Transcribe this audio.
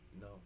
No